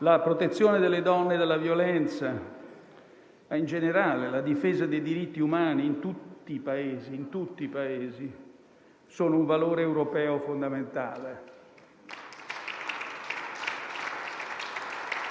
La protezione delle donne dalla violenza, ma in generale la difesa dei diritti umani in tutti i Paesi sono un valore europeo fondamentale.